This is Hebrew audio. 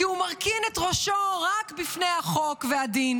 כי הוא מרכין את ראשו רק בפני החוק והדין